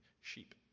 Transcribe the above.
sheep